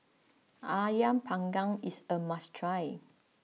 Ayam Panggang is a must try